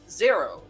zero